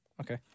okay